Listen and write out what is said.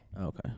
Okay